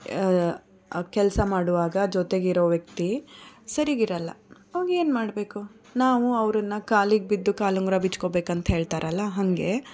ಕೆಲಸ ಮಾಡುವಾಗ ಜೊತೆಗೆ ಇರೋ ವ್ಯಕ್ತಿ ಸರಿಗೆ ಇರೋಲ್ಲ ಆವಾಗ ಏನು ಮಾಡಬೇಕು ನಾವು ಅವರನ್ನ ಕಾಲಿಗೆ ಬಿದ್ದು ಕಾಲು ಉಂಗುರ ಬಿಚ್ಕೊಳ್ಬೇಕಂತ ಹೇಳ್ತಾರಲ್ಲ ಹಾಗೆ